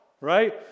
right